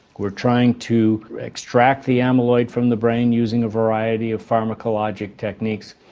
we're trying to extract the amyloid from the brain using a variety of pharmacologic techniques.